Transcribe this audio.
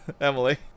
emily